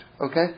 okay